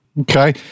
Okay